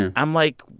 and i'm like,